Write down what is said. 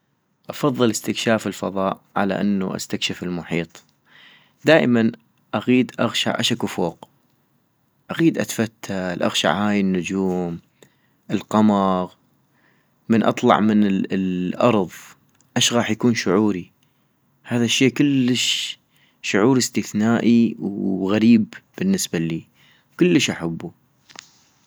افضل استكشاف الفضاء على انو استكشف المحيط -دائما اغيد اغشع اشكو فوق، اغيد اتفتل، اغشع هاي النجوم، القمغ، من اطلع من الارض اش غاح يكون شعوري؟ هذا الشي كلش شعور استثنائي وو غريب بالنسبة الي، وكلش احبو